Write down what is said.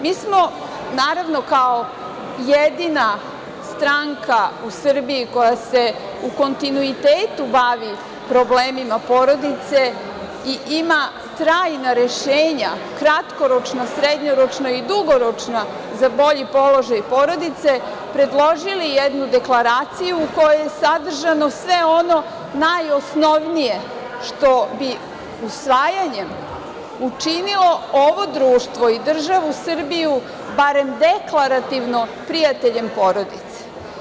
Mi smo, naravno kao jedina stranka u Srbiji koja se u kontinuitetu bavi problemima porodice i ima trajna rešenja kratkoročna, srednjoročna i dugoročna za bolji položaj porodice, predložili jednu deklaraciju u kojoj je sadržano sve ono najosnovnije što bi usvajanjem učinilo ovo društvo i državu Srbiju barem deklarativno prijateljem porodice.